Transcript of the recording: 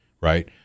right